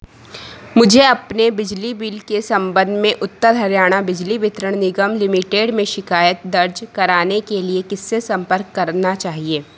मुझे अपने बिजली बिल के संबंध में उत्तर हरियाणा बिजली वितरण निगम लिमिटेड में शिकायत दर्ज कराने के लिए किस्से संपर्क करना चाहिए